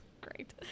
great